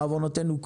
בעוונותינו,